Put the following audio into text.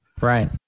Right